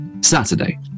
Saturday